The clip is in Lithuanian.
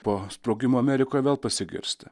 po sprogimo amerikoj vėl pasigirsti